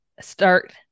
start